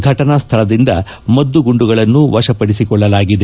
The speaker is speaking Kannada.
ಫಟನಾ ಸ್ವಳದಿಂದ ಮದ್ದು ಗುಂಡುಗಳನ್ನು ವಶಪಡಿಸಿಕೊಳ್ಟಲಾಗಿದೆ